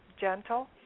gentle